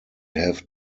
have